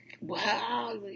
wow